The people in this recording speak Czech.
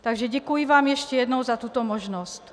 Takže děkuji vám ještě jednou za tuto možnost.